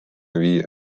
viia